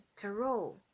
tarot